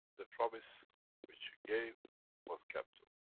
the promise which we gave was kept.